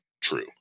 true